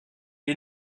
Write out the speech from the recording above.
est